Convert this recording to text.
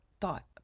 thought